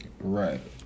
right